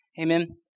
Amen